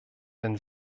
wenn